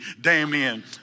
Damien